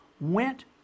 went